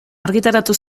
argitaratu